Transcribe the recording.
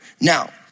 Now